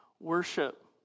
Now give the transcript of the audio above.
Worship